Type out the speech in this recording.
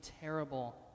terrible